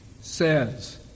says